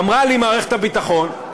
ואמרה לי מערכת הביטחון,